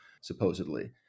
supposedly